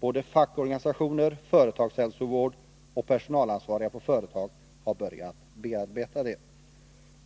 Både fackorganisationer, företagshälsovård och personalansvariga på företag har börjat bearbeta det.